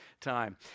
time